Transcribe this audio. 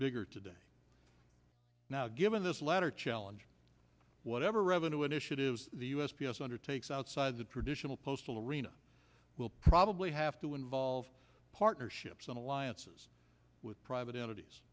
bigger today now given this latter challenge whatever revenue initiatives the u s p s undertakes outside the traditional postal arena will probably have to involve partnerships and alliances with private entities